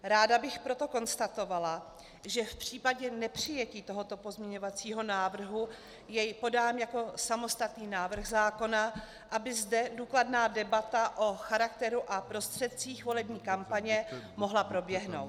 Ráda bych proto konstatovala, že v případě nepřijetí tohoto pozměňovacího návrhu jej podám jako samostatný návrh zákona, aby zde důkladná debata o charakteru a prostředcích volební kampaně mohla proběhnout.